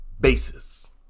basis